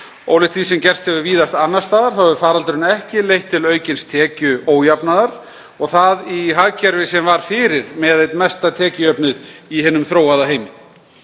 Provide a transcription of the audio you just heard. Ólíkt því sem gerst hefur víðast annars staðar þá hefur faraldurinn ekki leitt til aukins tekjuójafnaðar og það í hagkerfi sem var fyrir með einn mesta tekjujöfnuð í hinum þróaða heimi.